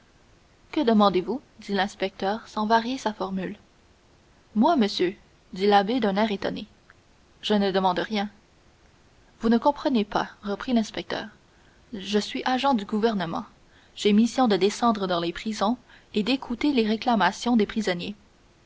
que demandez-vous dit l'inspecteur sans varier sa formule moi monsieur dit l'abbé d'un air étonné je ne demande rien vous ne comprenez pas reprit l'inspecteur je suis agent du gouvernement j'ai mission de descendre dans les prisons et d'écouter les réclamations des prisonniers